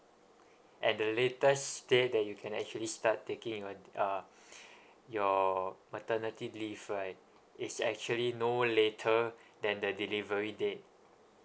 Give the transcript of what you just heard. and the latest date that you can actually start taking your uh your maternity leave right is actually no later than the delivery date